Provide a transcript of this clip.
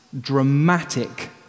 dramatic